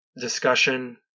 discussion